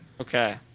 Okay